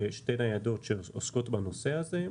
שתי ניידות שעוסקות בנושא הזה.